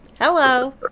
Hello